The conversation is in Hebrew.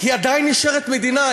היא עדיין נשארת מדינה.